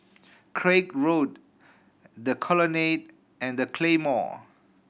Craig Road The Colonnade and The Claymore